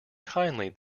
kindly